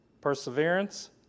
perseverance